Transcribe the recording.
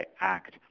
Act